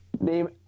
Name